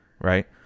right